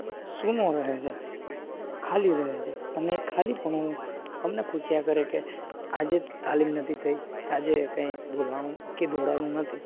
સૂનું રહે છે ખાલી રહે છે અને ખાલીપણું અમને ખુંચ્યા કરે કે આજે તાલીમ નથી થઈ આજે કાંઈ બોલાણું કે દોડાણું નથી